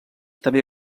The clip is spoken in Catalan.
també